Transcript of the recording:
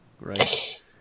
right